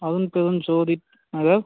Arumperunjothi Nagar